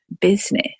business